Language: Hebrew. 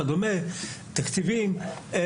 תקציבים וכד',